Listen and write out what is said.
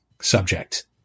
subject